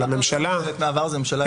לא ממשלת מעבר.